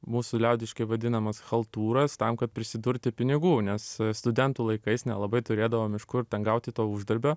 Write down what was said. mūsų liaudiškai vadinamas chaltūras tam kad prisidurti pinigų nes studentų laikais nelabai turėdavom iš kur ten gauti to uždarbio